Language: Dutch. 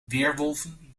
weerwolven